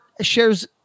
shares